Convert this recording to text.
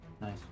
Nice